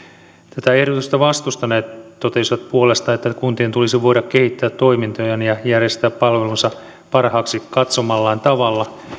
tätä ehdotusta vastustaneet totesivat puolestaan että kuntien tulisi voida kehittää toimintojaan ja järjestää palvelunsa parhaaksi katsomallaan tavalla